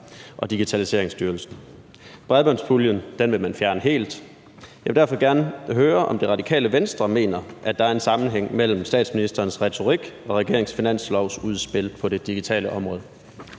og Digitaliseringsstyrelsen. Bredbåndspuljen vil man fjerne helt. Jeg vil derfor gerne høre, om Det Radikale Venstre mener, at der er en sammenhæng mellem statsministerens retorik og regeringens finanslovsudspil på det digitale område.